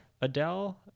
Adele